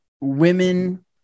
women